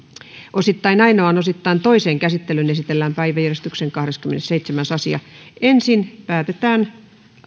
osittain ainoaan osittain toiseen käsittelyyn esitellään päiväjärjestyksen kahdeskymmenesseitsemäs asia ensin päätetään